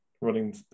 running